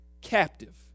captive